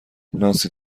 نانسی